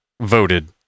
voted